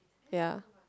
ya